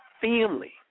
family